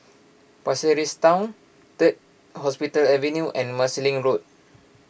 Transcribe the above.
Pasir Ris Town Third Hospital Avenue and Marsiling Road